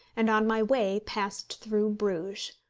and on my way passed through bruges.